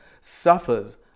suffers